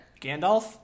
Gandalf